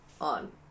on